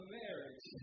marriage